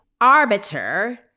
Arbiter